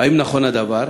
1. האם נכון הדבר?